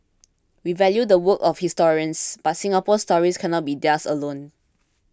we value the work of historians but Singapore's story cannot be theirs alone